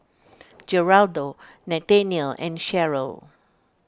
Geraldo Nathanial and Sheryl